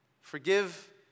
Forgive